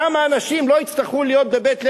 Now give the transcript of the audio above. כמה אנשים לא יצטרכו להיות ב"בית לוינשטיין",